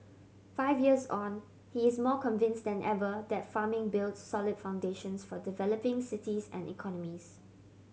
five years on he is more convinced than ever that farming builds solid foundations for developing cities and economies